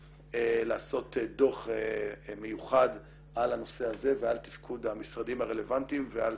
לעשות דוח מיוחד על הנושא הזה ועל תפקוד המשרדים הרלוונטיים ועל